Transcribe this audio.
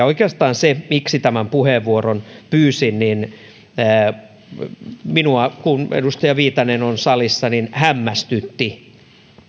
oikeastaan siksi tämän puheenvuoron pyysin kun edustaja viitanen on salissa että minua hämmästytti